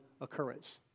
occurrence